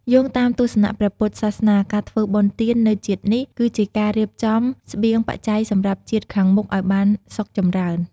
យោងតាមទស្សនៈព្រះពុទ្ធសាសនា ការធ្វើបុណ្យទាននៅជាតិនេះ គឺជាការរៀបចំស្បៀងបច្ច័យសម្រាប់ជាតិខាងមុខឲ្យបានសុខចម្រើន។